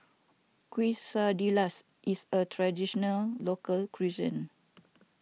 Quesadillas is a Traditional Local Cuisine